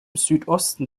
südosten